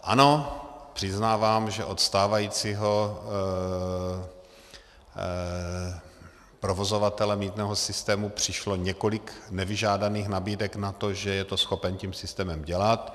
Ano, přiznávám, že od stávajícího provozovatele mýtného systému přišlo několik nevyžádaných nabídek na to, že je to schopen tím systémem dělat.